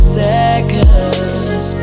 seconds